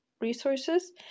resources